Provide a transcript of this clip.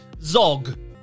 Zog